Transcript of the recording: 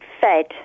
fed